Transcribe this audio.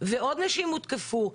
ועוד נשים הותקפו.